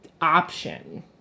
option